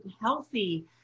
healthy